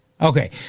Okay